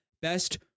best